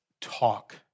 talk